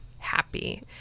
happy